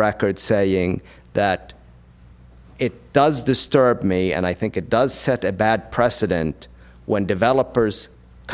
record saying that it does disturb me and i think it does set a bad precedent when developers